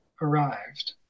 arrived